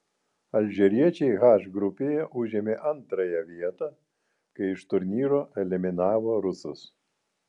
alžyriečiai h grupėje užėmė antrąją vietą kai iš turnyro eliminavo rusus